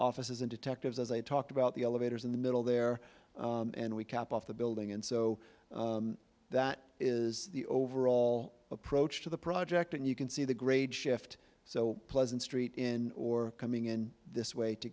officers and detectives as they talk about the elevators in the middle there and we cap off the building and so that is the overall approach to the project and you can see the grade shift so pleasant street in or coming in this way to